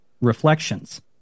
reflections